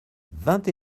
vingt